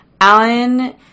Alan